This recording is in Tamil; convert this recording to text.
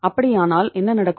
அப்படியானால் என்ன நடக்கும்